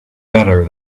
better